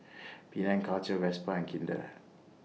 Penang Culture Vespa and Kinder